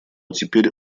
теперь